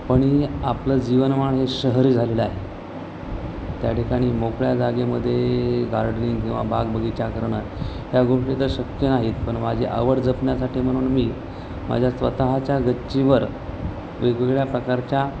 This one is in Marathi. पण हे आपलं जीवनमान हे शहरी झालेलं आहे त्या ठिकाणी मोकळ्या जागेमध्ये गार्डनिंग किंवा बाग बगीचा करणं ह्या गोष्टी तर शक्य नाहीत पण माझी आवड जपण्यासाठी म्हणून मी माझ्या स्वतःच्या गच्चीवर वेगवेगळ्या प्रकारच्या